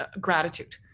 gratitude